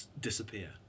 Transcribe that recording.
disappear